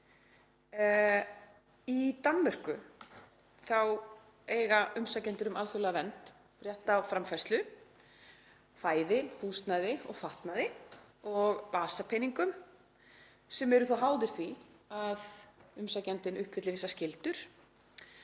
Í Danmörku eiga umsækjendur um alþjóðlega vernd rétt á framfærslu, fæði, húsnæði, fatnaði og vasapeningum sem eru þá háðir því að umsækjandinn uppfylli þessar skyldur,